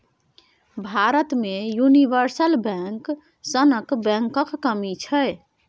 भारत मे universal bank सनक बैंकक कमी छै